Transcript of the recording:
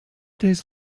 days